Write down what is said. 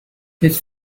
his